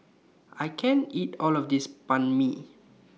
I can't eat All of This Banh MI